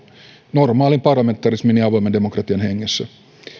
normaalin parlamentarismin ja avoimen demokratian hengessä